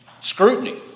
scrutiny